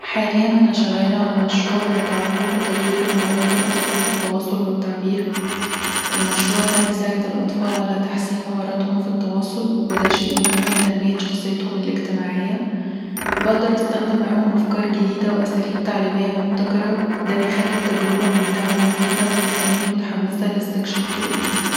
حاليا انا شغاله علي مشروع بيتعلق بتطوير مهارات الأطفال في التواصل والتعبير، المشروع ده هيساعد الأطفال على تحسين مهاراتهم في التواصل، وده شيء مهم في تنمية شخصيتهم الإجتماعيه بقدر أستخدم معاهم أفكار جديدة وأساليب تعليمية مبتكرة دا بيخلي التجربة ممتعة ومفيدة، وده بيخليني متحمسه لاستكشاف طرق جديدة